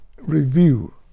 review